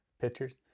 Pictures